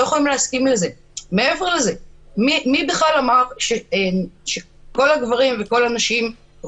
אני רק רוצה להגיד שלא רק שליבנו לא מתקשה לנוכח הסיפורים הקשים,